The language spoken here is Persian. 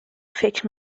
فکر